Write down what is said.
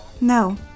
No